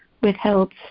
withheld